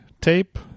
tape